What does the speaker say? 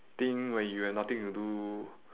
thing when you have nothing to do